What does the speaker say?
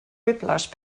whiplash